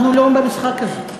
אנחנו לא במשחק הזה.